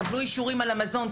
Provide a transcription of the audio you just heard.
קיבלו אישורים על המזון,